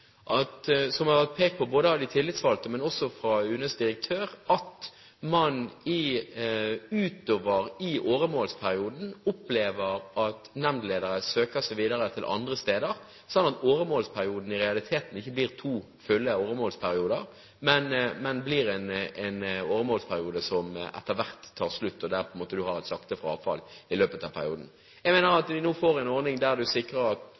som har vært pekt på av både de tillitsvalgte og UNEs direktør, at man utover i åremålsperioden opplever at nemndledere søker seg videre til andre steder, slik at åremålsperioden i realiteten ikke blir to fulle perioder, men en periode som etter hvert tar slutt, og der man har et sakte frafall i løpet av perioden. Jeg mener at vi nå får en ordning der man sikrer at